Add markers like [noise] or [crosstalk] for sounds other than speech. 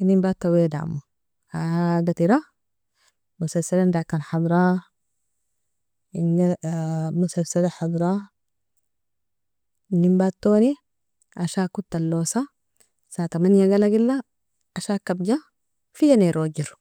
inin bata weadamo, aagatira mosalsalan dakan hadra [hesitation] mosalsala hadra, inin batoni ashag kota alosa saa تمنية galagila, asha kabja fia nerojero.